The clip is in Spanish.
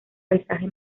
paisaje